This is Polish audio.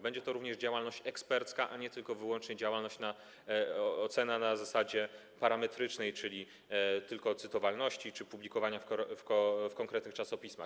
Będzie to również działalność ekspercka, a nie tylko i wyłącznie będzie to ocena na zasadzie parametrycznej, czyli tylko cytowalności czy publikowania w konkretnych czasopismach.